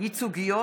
ייצוגיות